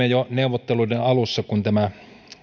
jo neuvotteluiden alussa silloin kun tämä